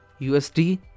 USD